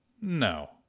No